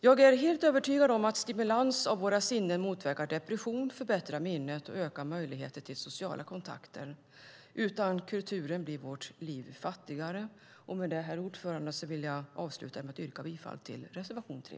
Jag är övertygad om att stimulans av våra sinnen motverkar depression, förbättrar minnet och ökar möjligheter till sociala kontakter. Utan kulturen blir vårt liv fattigare. Herr talman! Jag yrkar bifall till reservation 3.